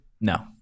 No